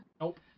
Nope